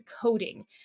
coding